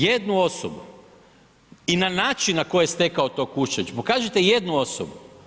Jednu osobu i na način na koji je stekao to Kuščević, pokažite jednu osobu.